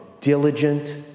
diligent